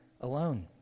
alone